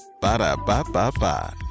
Ba-da-ba-ba-ba